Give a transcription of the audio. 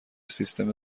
سیستم